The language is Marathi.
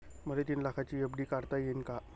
मले तीन लाखाची एफ.डी काढता येईन का?